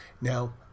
Now